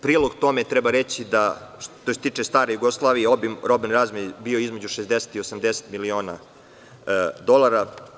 U prilog tome treba reći da je, što se tiče stare Jugoslavije, obim robne razmene bio između 60 i 80 miliona dolara.